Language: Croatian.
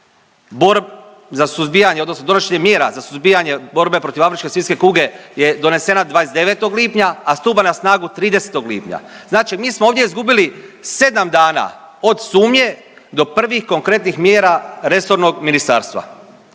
borb…, za suzbijanje odnosno donošenje mjera za suzbijanje borbe protiv afričke svinjske kuge je donesena 29. lipnja, a stupa na snagu 30. lipnja. Znači mi smo ovdje izgubili 7 dana od sumnje do prvih konkretnih mjera resornog ministarstva.